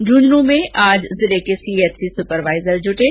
झुंझुनू में आज जिले के सीएचसी स्परवाइजर जुटे